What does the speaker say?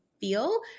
feel